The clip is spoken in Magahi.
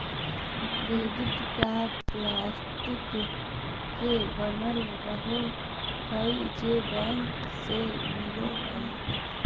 क्रेडिट कार्ड प्लास्टिक के बनल रहो हइ जे बैंक से मिलो हइ